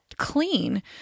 clean